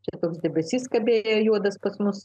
čia toks debesys kabėjo juodas pas mus